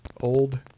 Old